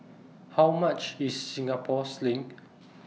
How much IS Singapore Sling